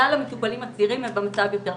כלל המטופלים הצעירים הם במצב יותר קשה,